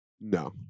No